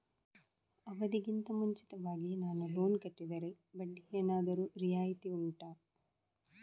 ಅವಧಿ ಗಿಂತ ಮುಂಚಿತವಾಗಿ ನಾನು ಲೋನ್ ಕಟ್ಟಿದರೆ ಬಡ್ಡಿ ಏನಾದರೂ ರಿಯಾಯಿತಿ ಉಂಟಾ